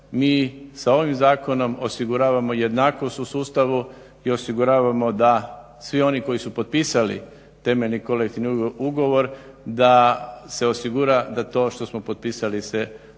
mi sa ovim zakonom osiguravamo jednakost u sustavu i osiguravamo da svi oni koji su potpisali temeljni kolektivni ugovor da se osigura da to što smo potpisali se provede.